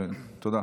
תודה.